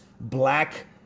black